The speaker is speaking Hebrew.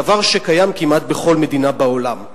דבר שקיים כמעט בכל מדינה בעולם.